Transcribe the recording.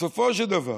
בסופו של דבר